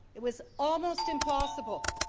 it was almost impossible.